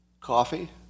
coffee